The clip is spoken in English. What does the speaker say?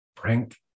Frank